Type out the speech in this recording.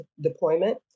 deployment